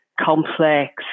complex